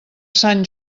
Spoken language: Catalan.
sant